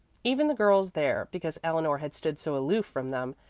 even the girls there, because eleanor had stood so aloof from them,